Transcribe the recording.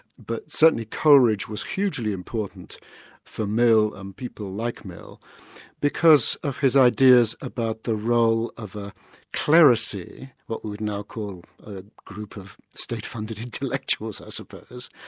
but certainly coleridge was hugely important for mill and people like mill because of his ideas about the role of a clerisy, what we would now call a group of state-funded intellectuals i suppose,